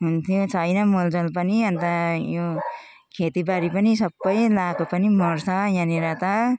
हुन्थ्यो छैन मलजल पनि अनि त यो खेतीबारी पनि सबै लाएको पनि मर्छ यहाँनिर त